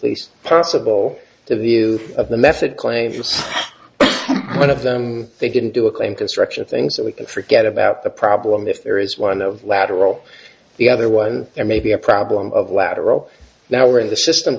least possible to view of the method claves and one of them they can do a claim to structure things that we can forget about the problem if there is one of lateral the other one there may be a problem of lateral now where the system